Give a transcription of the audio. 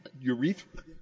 urethra